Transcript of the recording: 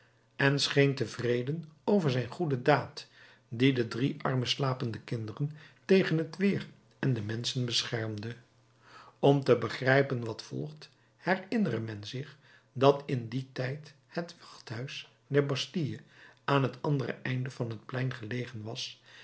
en scheen tevreden over zijn goede daad die de drie arme slapende kinderen tegen het weer en de menschen beschermde om te begrijpen wat volgt herinnere men zich dat in dien tijd het wachthuis der bastille aan het andere einde van het plein gelegen was